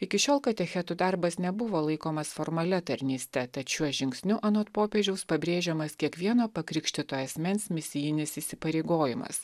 iki šiol katechetų darbas nebuvo laikomas formalia tarnyste tad šiuo žingsniu anot popiežiaus pabrėžiamas kiekvieno pakrikštytojo asmens misijinis įsipareigojimas